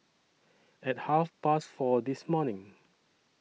At Half Past four This morning